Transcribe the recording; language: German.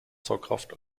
saugkraft